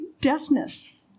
deafness